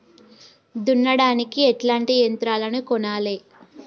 దున్నడానికి ఎట్లాంటి యంత్రాలను కొనాలే?